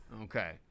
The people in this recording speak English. Okay